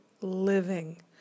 living